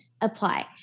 apply